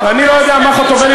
אני לא יודע מה חוטובלי,